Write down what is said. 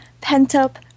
pent-up